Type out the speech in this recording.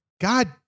God